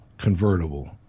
Convertible